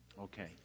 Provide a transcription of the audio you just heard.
Okay